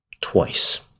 twice